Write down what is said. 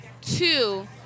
Two